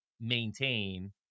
maintain